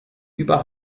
über